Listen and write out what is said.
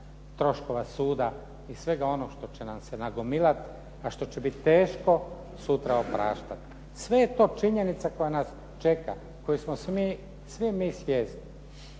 troškova suda i svega onoga što će nam se nagomilati a što će biti teško sutra opraštati. Sve je to činjenica koja nas čeka, koje smo svi mi svjesni.